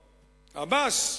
עבאס,